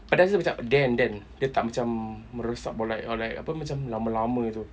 ada rasa macam dia then then dia tak macam meresap or like or like lama-lama macam tu